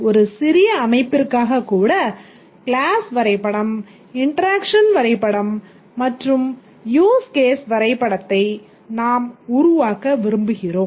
ஒரு சிறிய அமைப்பிற்காக கூட கிளாஸ் வரைபடம் இன்டெராக்ஷன் வரைபடம் மற்றும் யூஸ் கேஸ் வரைபடத்தை நாம் உருவாக்க விரும்புகிறோம்